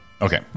Okay